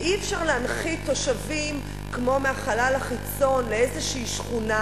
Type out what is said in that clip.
כי אי-אפשר להנחית תושבים כמו מהחלל החיצון לאיזושהי שכונה,